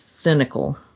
cynical